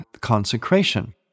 consecration